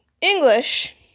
English